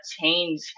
change